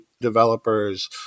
developers